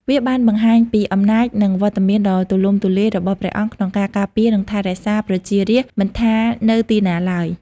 វាបានបង្ហាញពី អំណាចនិងវត្តមានដ៏ទូលំទូលាយ របស់ព្រះអង្គក្នុងការការពារនិងថែរក្សាប្រជារាស្ត្រ មិនថានៅទីណាឡើយ។